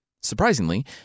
Surprisingly